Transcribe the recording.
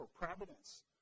Providence